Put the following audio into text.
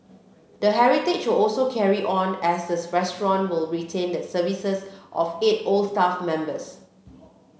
the heritage will also carry on as the restaurant will retain the services of eight old staff members